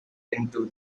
into